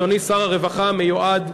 אדוני שר הרווחה המיועד,